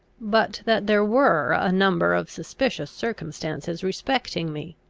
but that there were a number of suspicious circumstances respecting me.